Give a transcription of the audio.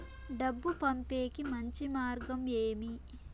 డబ్బు పంపేకి మంచి మార్గం ఏమి